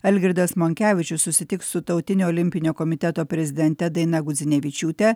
algirdas monkevičius susitiks su tautinio olimpinio komiteto prezidente daina gudzinevičiūte